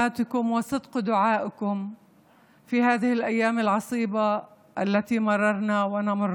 הטובות והתפילות הכנות בימים קשים אלו שעברנו ועודנו